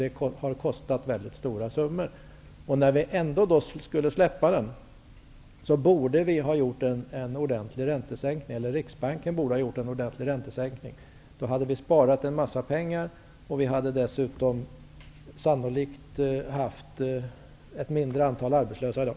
Det har kostat väldigt stora summor. När vi ändå skulle släppa den borde Riksbanken ha gjort en ordentlig räntesänkning. Då hade vi sparat en massa pengar, och vi hade dessutom sannolikt haft ett mindre antal arbetslösa i dag.